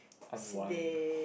unwind